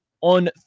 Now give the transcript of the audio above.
on